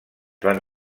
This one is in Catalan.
van